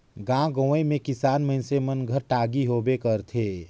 गाँव गंवई मे किसान मइनसे मन घर टागी होबे करथे